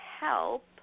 help